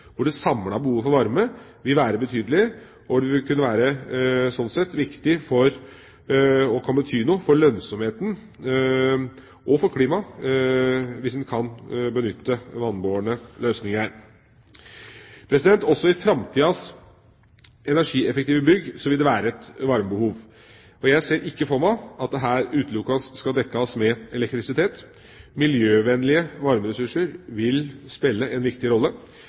hvor det samlede behovet for varme vil være betydelig, og det vil kunne bety noe for lønnsomheten og for klimaet å benytte vannbårne løsninger. Også i framtidens energieffektive bygg vil det være et varmebehov. Jeg ser ikke for meg at det utelukkende skal dekkes med elektrisitet. Miljøvennlige varmeressurser vil spille en viktig rolle.